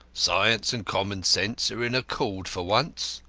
science and common-sense are in accord for once.